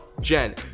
Jen